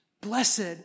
Blessed